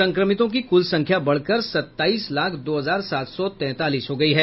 संक्रमितों की कुल संख्या बढ़कर सत्ताईस लाख दो हजार सात सौ तैंतालीस हो गई है